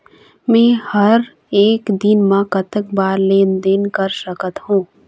मे हर एक दिन मे कतक बार लेन देन कर सकत हों?